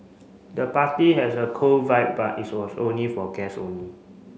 the party has a cool vibe but it was only for guests only